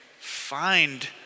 find